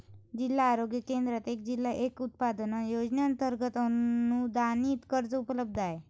जिल्हा उद्योग केंद्रात एक जिल्हा एक उत्पादन योजनेअंतर्गत अनुदानित कर्ज उपलब्ध आहे